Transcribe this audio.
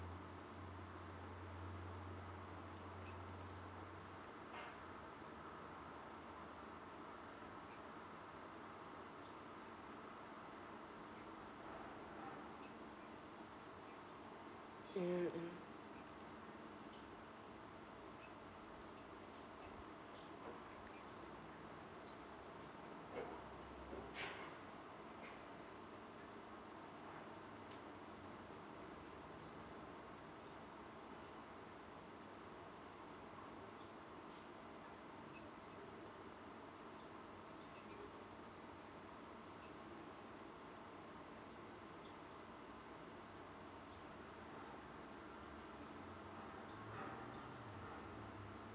mm mm